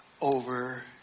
over